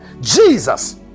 Jesus